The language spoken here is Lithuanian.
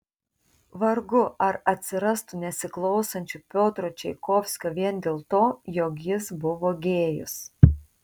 vargu ar atsirastų nesiklausančių piotro čaikovskio vien dėl to jog jis buvo gėjus